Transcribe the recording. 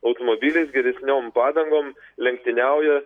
automobiliais geresniom padangom lenktyniauja